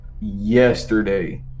yesterday